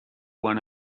one